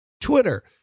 Twitter